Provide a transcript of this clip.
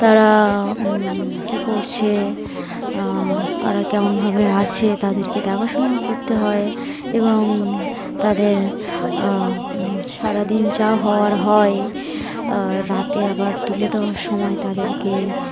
তারা কী করছে তারা কেমনভাবে আছে তাদেরকে দেখাশোনাও করতে হয় এবং তাদের সারাদিন যা হওয়ার হয় রাতে আবার তুলে দেওয়ার সময় তাদেরকে